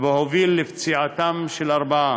והוביל לפציעתם של ארבעה.